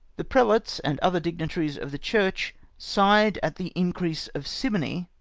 the prelates and other digni taries of the church sighed at the increase of simony!